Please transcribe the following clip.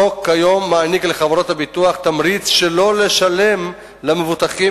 החוק כיום מעניק לחברות הביטוח תמריץ שלא לשלם למבוטחים